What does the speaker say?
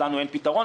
לנו אין פתרון.